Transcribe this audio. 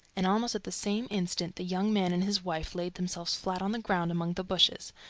and almost at the same instant the young man and his wife laid themselves flat on the ground among the bushes,